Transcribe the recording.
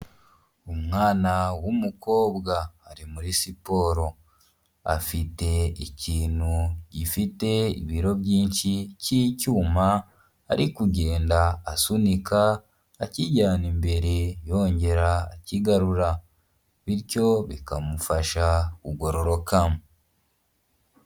Umwana w'umukobwa ari muri siporo. Afite ikintu gifite ibiro byinshi cy'icyuma ari kugenda asunika, akijyana imbere yongerakigarura, bityo bikamufasha kugororoka.